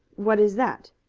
what is that?